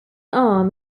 arm